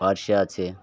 পারশে আছে